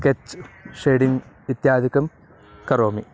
sketch shading इत्यादिकं करोमि